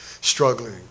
struggling